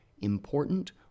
important